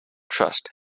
trust